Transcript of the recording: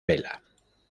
vela